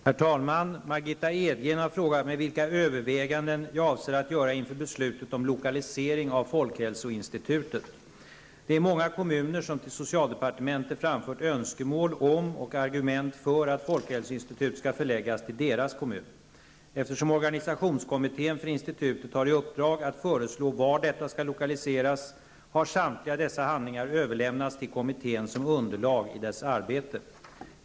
Herr talman! Margitta Edgren har frågat mig vilka överväganden jag avser att göra inför beslutet om lokalisering av folkhälsoinstitutet. Det är många kommuner som till socialdepartementet framfört önskemål om och argument för att folkhälsoinstitutet skall förläggas till deras kommun. Eftersom organisationskommittén för institutet har i uppdrag att föreslå var detta skall lokaliseras har samtliga dessa handlingar överlämnats till kommittén, som underlag i dess arbete.